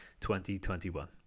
2021